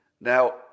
Now